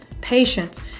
patience